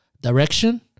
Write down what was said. direction